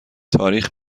تاریخ